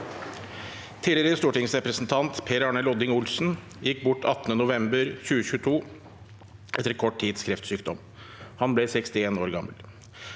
Tidligere stortingsrepresentant Per Arne Lodding Olsen gikk bort 18. november 2022 etter kort tids kreftsykdom. Han ble 61 år gammel.